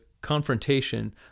confrontation